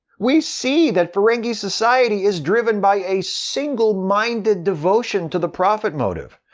we see that ferengi society is driven by a single-minded devotion to the profit motive.